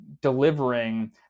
delivering